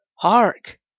Hark